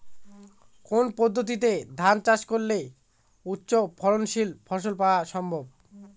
কোন পদ্ধতিতে ধান চাষ করলে উচ্চফলনশীল ফসল পাওয়া সম্ভব?